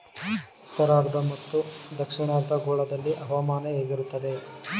ಉತ್ತರಾರ್ಧ ಮತ್ತು ದಕ್ಷಿಣಾರ್ಧ ಗೋಳದಲ್ಲಿ ಹವಾಮಾನ ಹೇಗಿರುತ್ತದೆ?